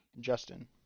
Justin